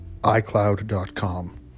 iCloud.com